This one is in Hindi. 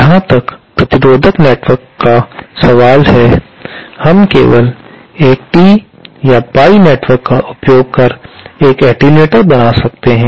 जहां तक प्रतिरोधक नेटवर्क का सवाल है हम केवल एक टी या पाई नेटवर्क का उपयोग कर एक एटेन्यूएटर बना सकते हैं